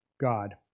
God